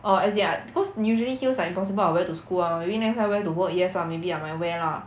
err as in I cause usually heels are impossible ah wear to school ah maybe next time wear to work yes lah maybe I might wear lah